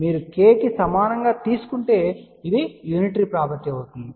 మీరు k కి సమానంగా తీసుకుంటే ఇది యూనిటరీ ప్రాపర్టీ అవుతుంది